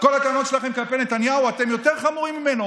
כל הטענות כלפי נתניהו, אתם יותר חמורים ממנו.